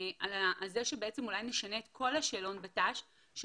על זה שבאמת אולי נשנה את כל השאלון בתנאי שירות.